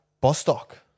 Bostock